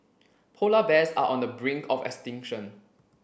polar bears are on the brink of extinction